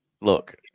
look